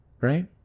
Right